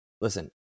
listen